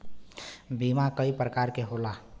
बीमा कई परकार के होला